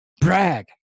Brag